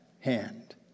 hand